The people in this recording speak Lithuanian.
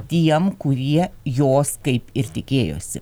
tiem kurie jos kaip ir tikėjosi